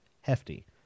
hefty